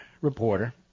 reporter